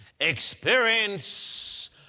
experience